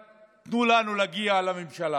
רק תנו לנו להגיע לממשלה.